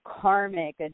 karmic